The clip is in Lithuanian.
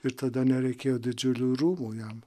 ir tada nereikėjo didžiulių rūmų jam